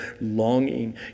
longing